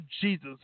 Jesus